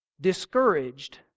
discouraged